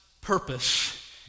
purpose